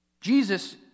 Jesus